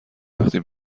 وقتی